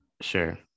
Sure